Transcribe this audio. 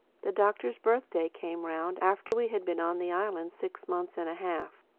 the doctor's birthday came round after we had been on the island six months and a half.